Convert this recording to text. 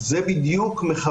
יש נזק